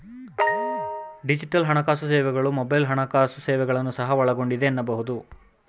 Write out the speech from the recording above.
digital ಹಣಕಾಸು ಸೇವೆಗಳು mobile ಹಣಕಾಸು ಸೇವೆಗಳನ್ನ ಸಹ ಒಳಗೊಂಡಿದೆ ಎನ್ನಬಹುದು